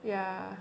yeah